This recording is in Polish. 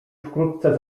wkrótce